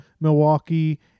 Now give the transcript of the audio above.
Milwaukee